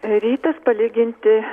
rytas palyginti